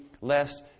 less